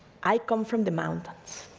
i come from the mountains.